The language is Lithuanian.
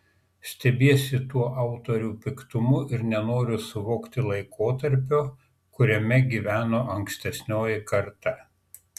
stebiesi tuo autorių piktumu ir nenoru suvokti laikotarpio kuriame gyveno ankstesnioji karta